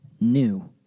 new